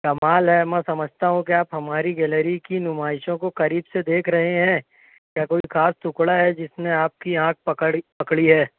کمال ہے میں سمجھتا ہوں کہ آپ ہماری گیلری کی نمائشوں کو قریب سے دیکھ رہے ہیں یا کوئی خاص ٹکڑا ہے جس نے آپ کی آنکھ پکڑ پکڑی ہے